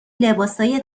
لباسای